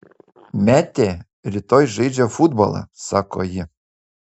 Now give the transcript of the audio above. metė rytoj žaidžia futbolą sako ji